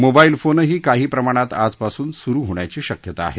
mobile phone ही काही प्रमाणात आजपासून सुरु होण्याची शक्यता आहे